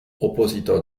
opositor